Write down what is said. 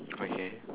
okay